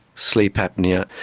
sleep apnoea,